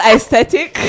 aesthetic